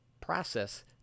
process